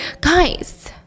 Guys